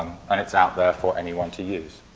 and it's out there for anyone to use.